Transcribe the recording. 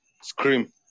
Scream